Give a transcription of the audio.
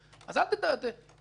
אז בסדר,